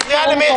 תודה רבה.